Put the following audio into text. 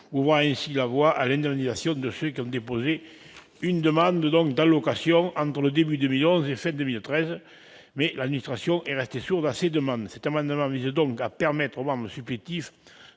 ouvrant ainsi la voie à l'indemnisation de ceux qui ont déposé une demande d'allocation entre le début de l'année 2011 et la fin de 2013. Mais l'administration est restée sourde à ces demandes. Notre amendement vise donc à permettre aux membres supplétifs